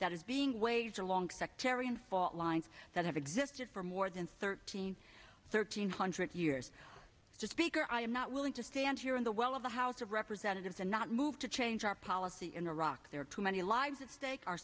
that is being waged along sectarian fault lines that have existed for more than thirteen thirteen hundred years to speaker i am not willing to stand here in the well of the house of representatives and not move to change our policy in iraq there are too many lives at stake our